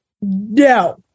No